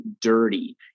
dirty